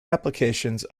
applications